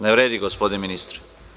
Ne vredi gospodine ministre.